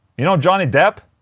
you know johnny depp?